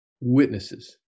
witnesses